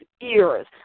ears